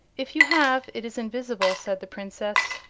if you have, it is invisible, said the princess.